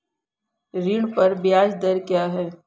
ऋण पर ब्याज दर क्या है?